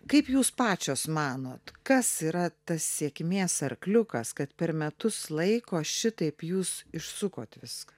kaip jūs pačios manot kas yra tas sėkmės arkliukas kad per metus laiko šitaip jūs išsukot viską